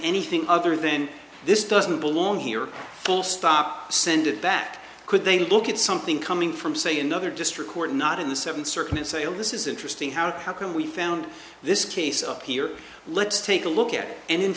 anything other then this doesn't belong here full stop send it back could they look at something coming from say another district court and not in the seventh circuit say oh this is interesting how can we found this case up here let's take a look at it and in